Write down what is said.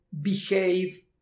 behave